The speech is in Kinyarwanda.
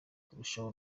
kurushaho